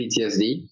PTSD